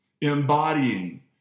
Embodying